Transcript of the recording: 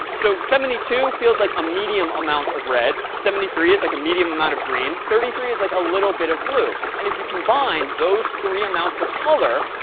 so seventy two feels like a medium amount of red, seventy three is like a medium amount of green, thirty three is like a little bit of blue. and if you combine those three amounts of color,